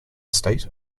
state